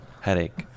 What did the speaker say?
headache